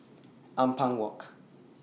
Ampang Walk